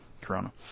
corona